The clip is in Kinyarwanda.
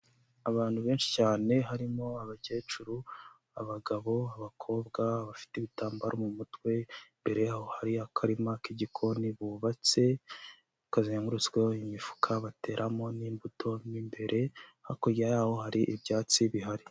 Abantu benshi cyane harimo abakecuru, abagabo, b'abakobwa bafite ibitambaro mu mutwe, imbereho hari akarima k'igikoni bubatse, kazengurutsweho imifuka bateramo n'imbuto mo imbere, hakurya yaho hari ibyatsi bihari.